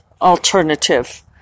alternative